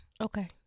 Okay